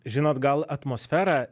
žinot gal atmosferą